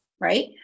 right